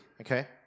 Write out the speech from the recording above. okay